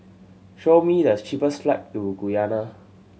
show me the cheapest flight to Guyana